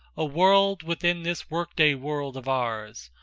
a world within this workday world of ours,